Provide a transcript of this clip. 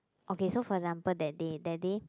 okay for example that day that day